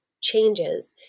changes